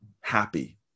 happy